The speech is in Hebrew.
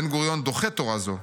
בן-גוריון דוחה תורה זו,